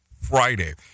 friday